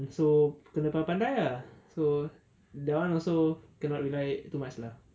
so pandai-pandai ah so that one also cannot rely too much lah